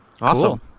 Awesome